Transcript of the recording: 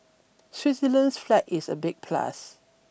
Switzerland's flag is a big plus